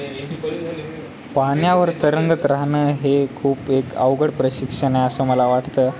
पाण्यावर तरंगत राहणं हे खूप एक अवघड प्रशिक्षण आहे असं मला वाटतं